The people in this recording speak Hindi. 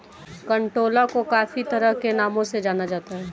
कंटोला को काफी तरह के नामों से जाना जाता है